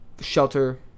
shelter